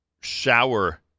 shower